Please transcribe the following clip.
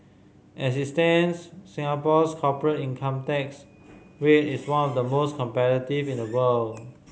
as it stands Singapore's corporate income tax rate is one of the most competitive in the world